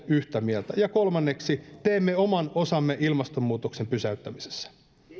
yhtä mieltä ja kolmanneksi teemme oman osamme ilmastonmuutoksen pysäyttämisessä